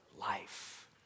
life